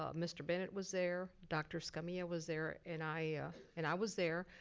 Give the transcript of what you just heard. ah mr. bennett was there. dr. escamilla was there and i and i was there.